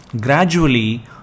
Gradually